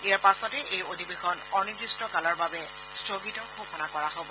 ইয়াৰ পাছতে এই অধিৱেশন অনিৰ্দিষ্ট কালৰ বাবে স্থগিত ঘোষণা কৰা হ'ব